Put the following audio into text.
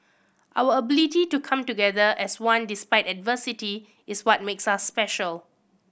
our ability to come together as one despite adversity is what makes us special